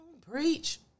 Preach